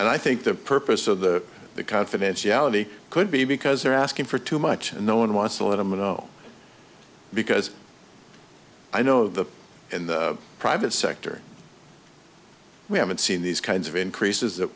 i think the purpose of the confidentiality could be because they're asking for too much and no one wants a little minnow because i know that in the private sector we haven't seen these kinds of increases that